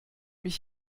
mich